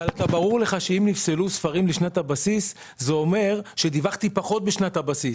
ברור לך שאם נפסלו ספרים לשנת הבסיס זה אומר שדיווחתי פחות בשנת הבסיס.